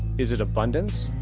is it abundance?